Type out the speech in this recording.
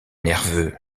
nerveux